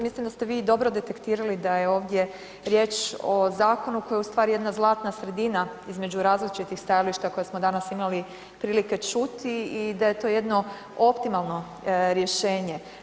Mislim da ste vi dobro detektirali da je ovdje riječ o zakonu koji je ustvari jedna zlatna sredina između različitih stajališta koje smo danas imali prilike čuti i da je to jedno optimalno rješenje.